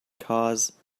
cause